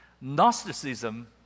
Gnosticism